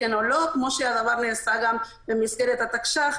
כמו שהדבר נעשה גם במסגרת התקש"ח,